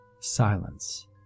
Silence